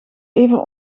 even